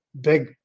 big